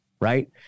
right